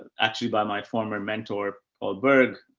actually by my former mentor paul berg,